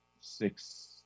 six